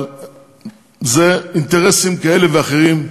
אבל אלה אינטרסים כאלה ואחרים,